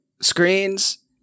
Screens